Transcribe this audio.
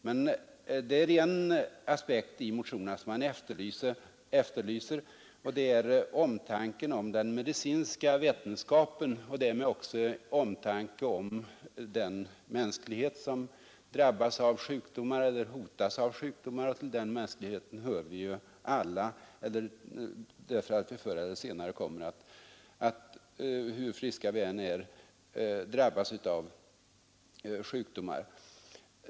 Men det är en annan aspekt som man måste efterlysa i motionerna, och det är omtanken om den medicinska vetenskapen och därmed också omtanken om den mänsklighet som drabbas eller hotas av sjukdomar, och till den mänskligheten hör vi alla — vi kommer alla förr eller senare, hur friska vi än är nu, att drabbas av sjukdomar.